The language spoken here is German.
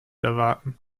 erwarten